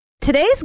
Today's